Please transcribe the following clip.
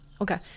okay